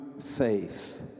Faith